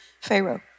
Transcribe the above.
Pharaoh